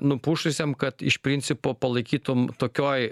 nupušusiem kad iš principo palaikytum tokioj